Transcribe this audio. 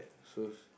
shoes